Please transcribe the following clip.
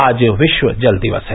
आज विश्व जल दिवस है